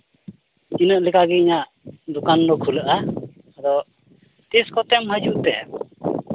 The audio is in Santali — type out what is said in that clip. ᱤᱱᱟᱹᱜ ᱞᱮᱠᱟᱜᱮ ᱤᱧᱟᱹᱜ ᱫᱚᱠᱟᱱ ᱫᱚ ᱠᱷᱩᱞᱟᱹᱜᱼᱟ ᱟᱫᱚ ᱛᱤᱥ ᱠᱚᱛᱮᱢ ᱦᱤᱡᱩᱜ ᱛᱮ